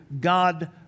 God